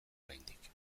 oraindik